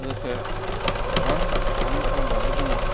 गोबां फालांगि खालामग्राबो दङ